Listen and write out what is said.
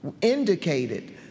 indicated